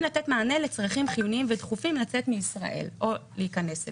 לתת מענה לצרכים חיוניים ודחופים לצאת מישראל או להיכנס אליה.